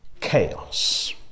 chaos